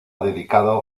dedicado